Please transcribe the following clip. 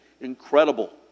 incredible